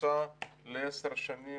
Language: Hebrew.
פרוסה לעשר שנים,